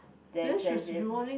then then then